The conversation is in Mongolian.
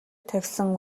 тавьсан